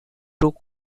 took